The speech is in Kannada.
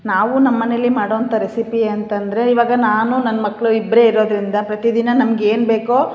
ನಾವು ನಮ್ಮ ಮನೇಲಿ ಮಾಡೋಂತ ರೆಸಿಪಿ ಅಂತಂದರೆ ಇವಾಗ ನಾನು ನನ್ನ ಮಕ್ಕಳು ಇಬ್ಬರೆ ಇರೋದರಿಂದ ಪ್ರತಿ ದಿನ ನಮ್ಗೆ ಏನು ಬೇಕೊ